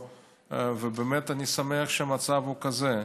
באמת אני שמח שהמצב הוא כזה.